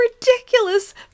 ridiculous